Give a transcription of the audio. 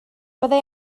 byddai